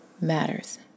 matters